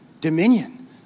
Dominion